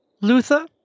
Luther